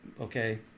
okay